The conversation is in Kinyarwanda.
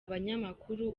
abanyamakuru